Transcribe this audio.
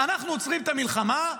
אנחנו עוצרים את המלחמה,